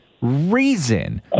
reason